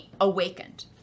awakened